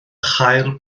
chael